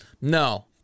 no